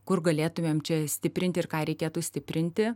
kur galėtumėm čia stiprinti ir ką reikėtų stiprinti